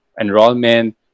enrollment